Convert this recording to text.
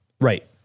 Right